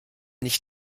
nicht